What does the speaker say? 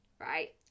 Right